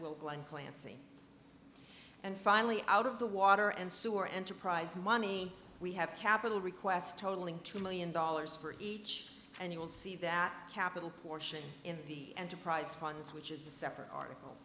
well glen clancy and finally out of the water and sewer enterprise money we have capital requests totaling two million dollars for each and you will see that capital portion in the enterprise funds which is a separate article